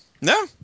No